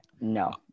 No